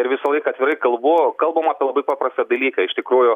ir visą laiką atvirai kalbu kalbam apie labai paprastą dalyką iš tikrųjų